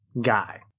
guy